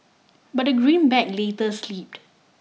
but the greenback later slipped